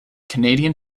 canadian